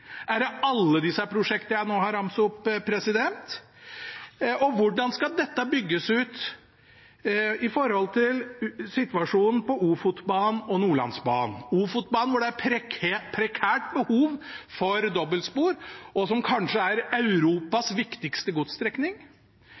er det alle disse prosjektene jeg nå har ramset opp? Og hvordan skal dette bygges ut med tanke på situasjonen på Ofotbanen og Nordlandsbanen – Ofotbanen som har prekært behov for dobbeltspor og kanskje er Europas viktigste